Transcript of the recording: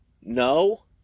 No